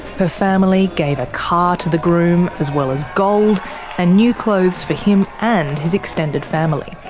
her family gave a car to the groom, as well as gold and new clothes for him and his extended family.